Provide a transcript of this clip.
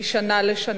משנה לשנה,